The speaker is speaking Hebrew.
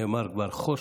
נאמר "חושך",